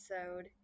episode